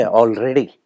already